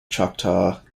choctaw